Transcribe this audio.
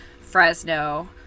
fresno